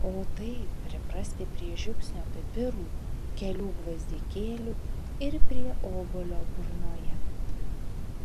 o taip priprasti prie žiupsnio pipirų kelių gvazdikėlių ir prie obuolio burnoje